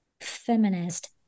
feminist